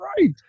right